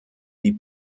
die